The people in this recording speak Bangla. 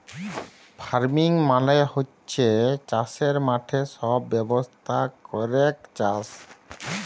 ফার্মিং মালে হচ্যে চাসের মাঠে সব ব্যবস্থা ক্যরেক চাস